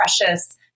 precious